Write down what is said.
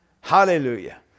Hallelujah